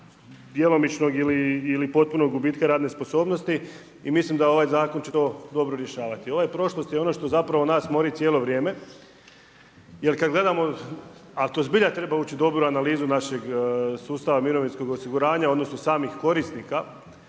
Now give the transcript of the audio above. djelomičnog ili potpunog gubitka radne sposobnosti i mislim da ovaj zakon će to dobro rješavati. Ova prošlost i ono što zapravo nas mori cijelo vrijeme jer kad gledamo, a to zbilja treba ući u dobru analizu našeg sustava mirovinskog osiguranja odnosno samih korisnika,